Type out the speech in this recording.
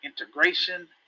integration